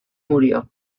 murió